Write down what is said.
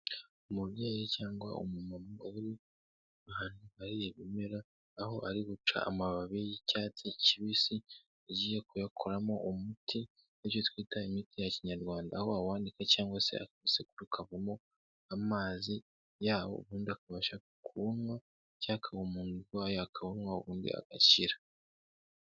Umubyeyi cyangwa umu mama uri ahantu hari ibimera aho ari guca amababi y'icyatsi kibisi agiye kuyakoramo umuti icyo twita imiti ya Kinyarwanda aho bawanika cyangwa se akawusekura akavanamo amazi yawo ubundi akabasha kuwunywa cyangwa akawuha umuntu urwaye akawunywa ubundi agakira.